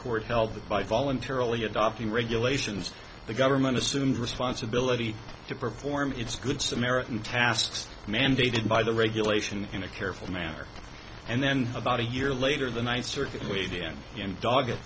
court held that by voluntarily adopting regulations the government assumed responsibility to perform its good samaritan tasks mandated by the regulation in a careful manner and then about a year later the ninth circuit